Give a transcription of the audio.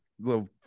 little